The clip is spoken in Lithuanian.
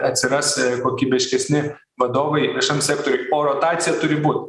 atsiras kokybiškesni vadovai viešam sektoriui o rotacija turi būt